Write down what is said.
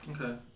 Okay